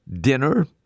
dinner